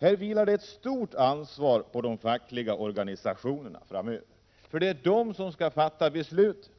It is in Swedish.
Här vilar det ett stort ansvar på de fackliga organisationerna framöver. Det är de som skall fatta beslut.